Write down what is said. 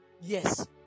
Yes